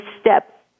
step